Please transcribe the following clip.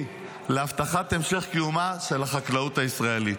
להבטחת המשך קיומה של החקלאות הישראלית.